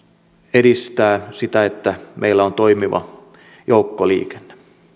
edistää sitä että meillä on toimiva joukkoliikenne